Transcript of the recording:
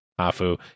Afu